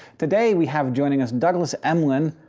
today, we have joining us and douglas emlen,